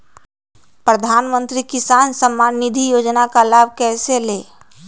प्रधानमंत्री किसान समान निधि योजना का लाभ कैसे ले?